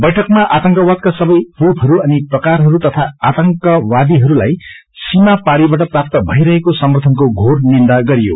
बैठकमा आतंकवादका सबै रूपहरू अनि प्रकारहरू तथा आतंकवादीहरूलाई सीामापारीबाट प्राप्त भइरहेको समर्थनको घोर निन्दा गरियो